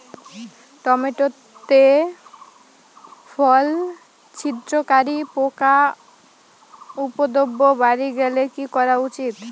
Tomato তে ফল ছিদ্রকারী পোকা উপদ্রব বাড়ি গেলে কি করা উচিৎ?